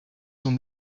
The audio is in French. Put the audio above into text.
sont